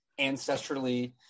ancestrally